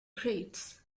crates